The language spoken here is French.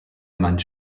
man